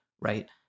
right